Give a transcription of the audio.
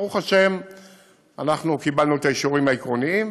ברוך השם אנחנו קיבלנו את האישורים העקרוניים,